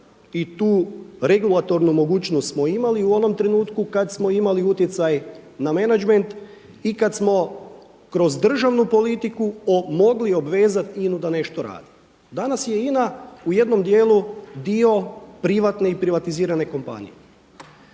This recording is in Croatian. i tu regulatornu mogućnost smo imali u onom trenutku kada smo imali utjecaj na menadžment i kada smo kroz državnu politiku mogli obvezati INA-u da nešto radi. Danas je INA u jednom dijelu dio privatne i privatizirane kompanije.